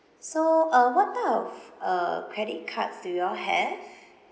so uh what type of uh credit cards do you all have